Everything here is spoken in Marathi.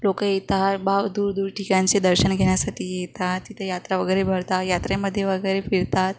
लोक येतात बा दूर दूर ठिकाणचे दर्शन घेण्यासाठी येतात तिथे यात्रा वगैरे भरतात यात्रेमध्ये वगैरे फिरतात